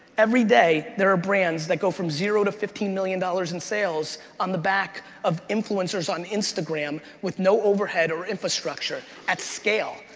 every day, there are brands that go from zero to fifteen million dollars in sales on the back of influencers on instagram with no overhead or infrastructure, at scale.